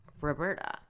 Roberta